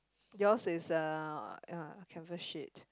yours is a ya covered sheet